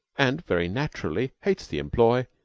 and very naturally hates the employ,